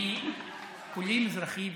כולי מזרחי וערבי.